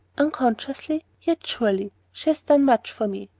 unconsciously yet surely, she has done much for me,